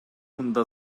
мында